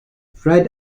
fred